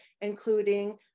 including